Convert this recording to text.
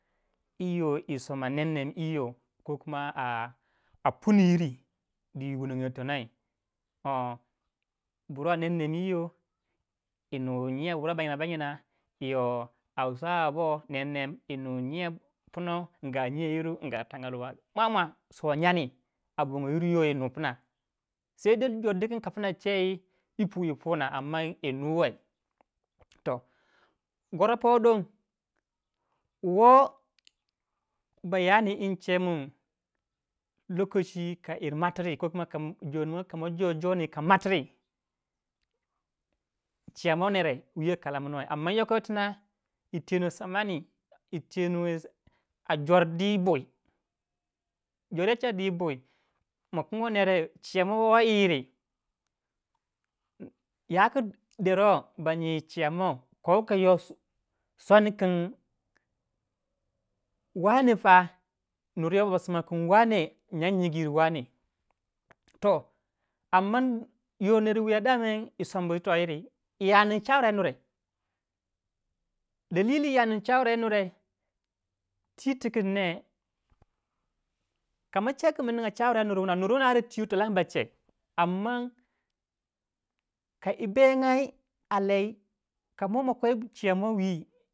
A puni yiri di yi wunongo yi tonoi burwa nem nem yi yoh yinu nyou burwa baina baina nem nem yi nu nyau punau nyoyiru, nyou tangalwa mwa mwa soh nyandi abongoyiru yinu pna. sede ka pna chei yi pu yi puna yinu wei, goroh poo don woh ka yir matri jondi mai kama jo jondi ka matri. chiay mor nere wiyo kalamnoi amma yoko yi tendo jor di yi bui. jor ya cha di yi bui ma kingo ner chiya mo wei yiri. yaku dero ba nyi chiyamor ko ko yo soni kin nur yoh ba soma kin in angu nyigu yir wane. yoh ner wuya yisombu toh yiri ya nin chawara yi nure am ma twi tikin neh kama ce kin ma ninga chawaran yi nur wuna twiwei twalang ba a ara bache. dali dali ka yi bengai a lai yi jendi dwongi.